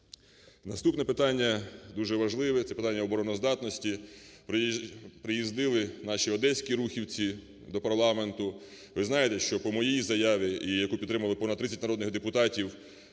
Наступне питання, дуже важливе, - це питання обороноздатності. Приїздили наші одеські рухівці до парламенту. Ви знаєте, що по моїй заяві і яку підтримали понад 30 народних депутатів,